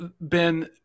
Ben